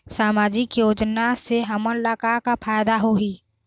सामाजिक योजना से हमन ला का का फायदा होही?